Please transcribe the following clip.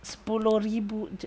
spoiler reboot